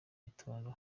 gitondo